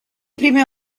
prime